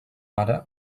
mare